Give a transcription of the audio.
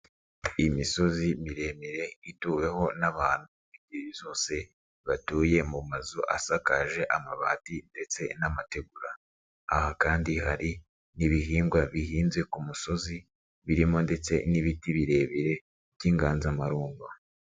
Imisozi miremire ituweho n'abantu b'ingeri zose batuye mu mazu asakaje amabati ndetse n'amategura, aha kandi hari n'ibihingwa bihinze ku musozi birimo ndetse n'ibiti birebire by'inganzamarumbo.